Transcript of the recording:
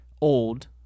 old